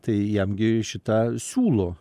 tai jam gi šitą siūlo